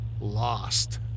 lost